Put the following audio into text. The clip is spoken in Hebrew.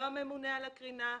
לא הממונה על הקרינה,